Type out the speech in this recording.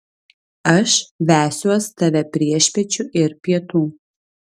aš vesiuos tave priešpiečių ir pietų